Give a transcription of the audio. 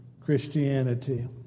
Christianity